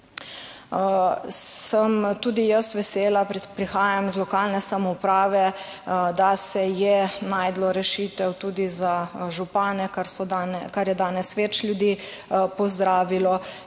Sem tudi jaz vesela, prihajam iz lokalne samouprave, da se je našlo rešitev tudi za župane, kar je danes več ljudi pozdravilo